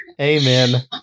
Amen